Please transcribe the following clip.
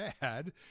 bad